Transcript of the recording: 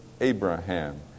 Abraham